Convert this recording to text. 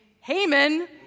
Haman